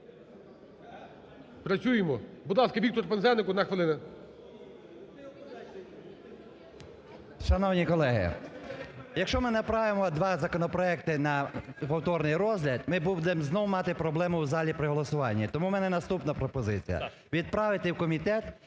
Працюємо? Будь ласка, Віктор Пинзеник, одна хвилина. 17:56:48 ПИНЗЕНИК В.М. Шановні колеги, якщо ми направимо два законопроекти на повторний розгляд, ми будем знов мати проблему в залі при голосуванні. Тому у мене наступна пропозиція: відправити в комітет